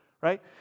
right